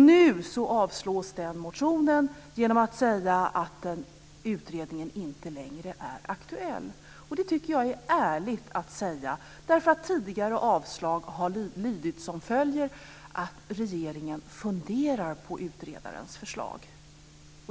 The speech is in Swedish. Nu avslås den motionen genom att man säger att den utredning som motionen anknyter till inte längre är aktuell. Jag tycker att det är ärligt sagt. I tidigare avslag har det hetat: Regeringen funderar på utredarens förslag.